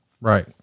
right